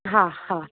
हा हा